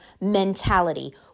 mentality